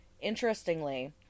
Interestingly